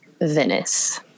Venice